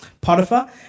Potiphar